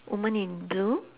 woman in blue